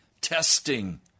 testing